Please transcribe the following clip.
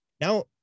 Now